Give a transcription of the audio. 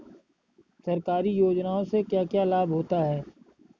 सरकारी योजनाओं से क्या क्या लाभ होता है?